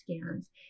scans